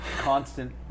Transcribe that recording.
Constant